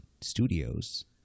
studios